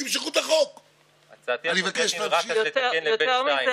ולקחת את החודשים האלה לחשיבה מחודשת ולהתאמה למצב